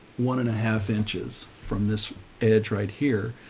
one and a half inches from this edge right here.